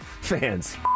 fans